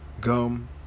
Gum